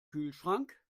kühlschrank